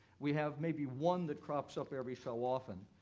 we have maybe one that crops up every so often.